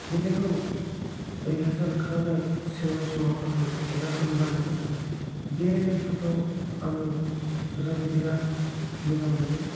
मेथाइखौ रिहारसेल खालामनाय सोलोंनाय समाव आङो रोजाबनो मोजां मोनो बेरायनाय समफोराव आङो रोजाबनो बिराद मोजां मोनो